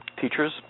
teachers